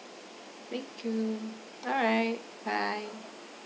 thank you alright bye